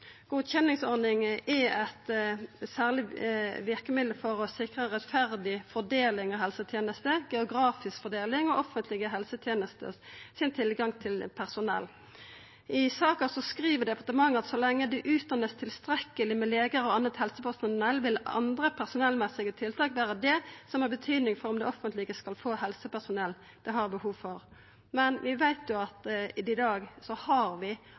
er eit særleg verkemiddel for å sikra rettferdig fordeling av helsetenester, geografisk fordeling og offentlege helsetenester sin tilgang til personell. I saka skriv departementet: «Så lenge det utdannes tilstrekkelig antall leger og annet helsepersonell, vil andre personellmessige tiltak være det som har betydning for om det offentlige skal få det helsepersonellet det har behov for.» Men vi veit jo at vi allereie i dag har